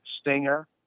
Stinger